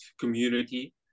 community